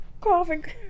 coughing